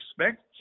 expect